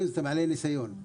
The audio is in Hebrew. כלומר בעלי ניסיון.